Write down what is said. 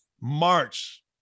March